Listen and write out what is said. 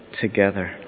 together